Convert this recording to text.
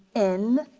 in,